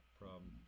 problem